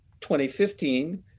2015